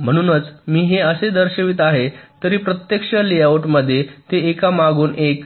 म्हणूनच मी हे असे दर्शविले आहे तरी प्रत्यक्ष लेआउटमध्ये ते एकामागून एक